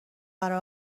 برا